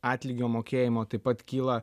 atlygio mokėjimo taip pat kyla